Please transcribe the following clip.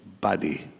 body